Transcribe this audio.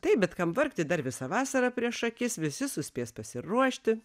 taip bet kam vargti dar visa vasara prieš akis visi suspės pasiruošti